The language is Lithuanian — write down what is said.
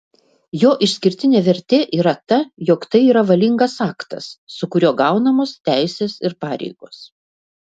jo išskirtinė vertė yra ta jog tai yra valingas aktas su kuriuo gaunamos teisės ir pareigos